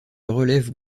relève